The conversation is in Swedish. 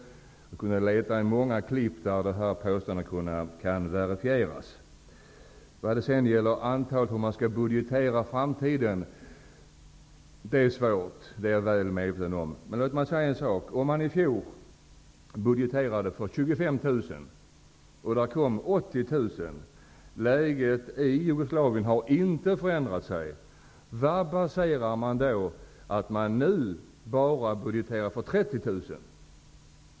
Det finns många klipp att välja bland när det gäller att verifiera gjorda påstående. Hur man skall budgetera för framtiden är svårt att veta. Det är jag väl medveten om. Men om man i fjol budgeterade för 25 000 personer och det kom 80 000, hur blir det då? Läget i Jugoslavien har inte förändrats. På vad baserar man då det faktum att det bara budgeteras för 30 000?